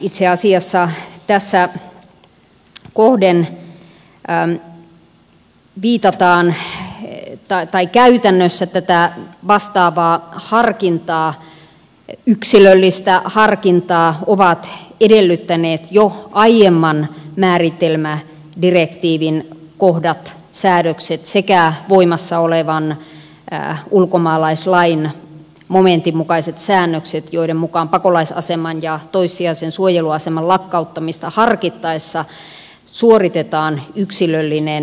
itse asiassa käytännössä tätä vastaavaa yksilöllistä harkintaa ovat edellyttäneet jo aiemman määritelmädirektiivin kohdat säädökset sekä voimassa olevan ulkomaalaislain momentin mukaiset säännökset joiden mukaan pakolaisaseman ja toissijaisen suojeluaseman lakkauttamista harkittaessa suoritetaan yksilöllinen tutkinta